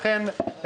לכן,